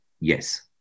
Yes